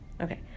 Okay